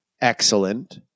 excellent